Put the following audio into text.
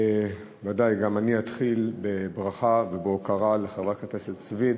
ודאי גם אני אתחיל בברכה ובהוקרה לחברת הכנסת סויד